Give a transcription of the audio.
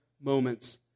moments